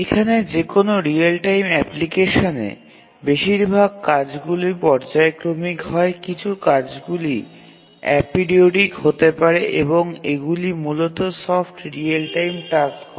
এখানে যেকোন real time অ্যাপ্লিকেশনে বেশিরভাগ কাজগুলি পর্যায়ক্রমিক হয় কিছু কাজগুলি এপিরিওডিক হতে পারে এবং এগুলি মূলত সফট রিয়েল টাইম টাস্ক হয়